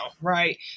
Right